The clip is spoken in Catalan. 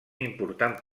important